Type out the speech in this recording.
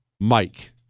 Mike